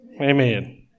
Amen